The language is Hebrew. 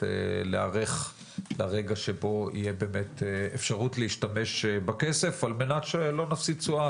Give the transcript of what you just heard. להיערך לרגע שבו תהיה אפשרות להשתמש בכסף על מנת שלא נפסיד תשואה,